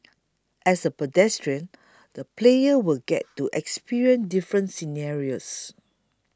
as a pedestrian the player will get to experience different scenarios